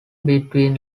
between